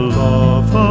love